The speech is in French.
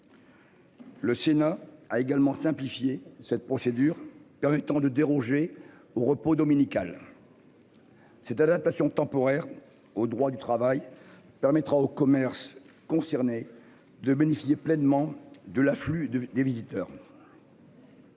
Le Sénat a également simplifier cette procédure permettant de déroger au repos dominical. Cette adaptation temporaire au droit du travail permettra aux commerces concernés de bénéficier pleinement de l'afflux de des visiteurs.